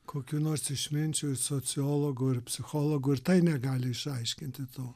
kokių nors išminčių sociologų ir psichologų ir tai negali išaiškinti to